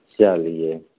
चलिये